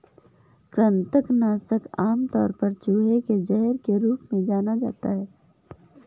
कृंतक नाशक आमतौर पर चूहे के जहर के रूप में जाना जाता है